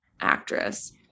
actress